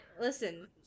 listen